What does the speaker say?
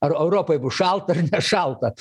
ar europai bus šalta nešalta